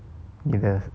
你的